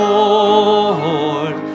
Lord